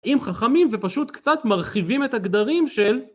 אם חכמים ופשוט קצת מרחיבים את הגדרים של